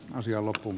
asialla kun